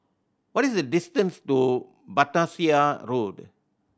what is the distance to Battersea Road